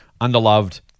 underloved